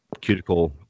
cuticle